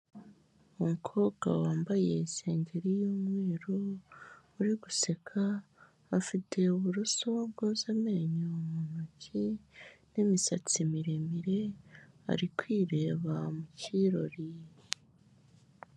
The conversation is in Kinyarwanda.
Umukobwa wambaye isengeri y'umweru uri guseka, afite uburoso bwoza amenyo mu ntoki n'imisatsi miremire, ari kwireba mu kirori.